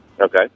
Okay